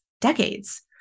decades